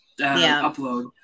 upload